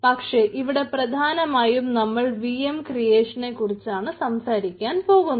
പക്ഷേ ഇവിടെ പ്രധാനമായും നമ്മൾ വിഎം ക്രിയേഷനെക്കുറിച്ചാണ് സംസാരിക്കാൻ പോകുന്നത്